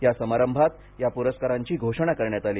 या समारंभात या पुरस्कारंची घोषणा करण्यात आली